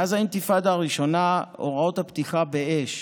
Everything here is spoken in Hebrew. מאז האינתיפאדה הראשונה הוראות הפתיחה באש